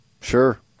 Sure